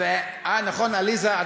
אה, נכון, עליזה.